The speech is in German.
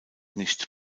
nicht